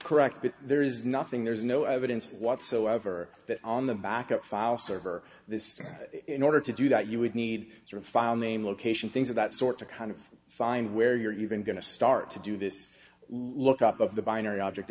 correct but there is nothing there's no evidence whatsoever that on the backup file server this in order to do that you would need to file name location things of that sort to kind of find where you're even going to start to do this look up of the binary object